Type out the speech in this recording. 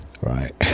Right